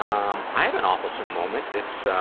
um i have an awfulsome moment, it's ah,